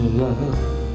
love